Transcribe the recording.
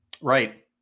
Right